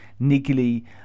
niggly